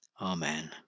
Amen